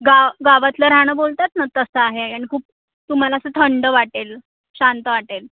गांव गावातलं राहणं बोलतात ना तसं आहे आणि खूप तुम्हाला असं थंड वाटेल शांत वाटेल